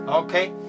Okay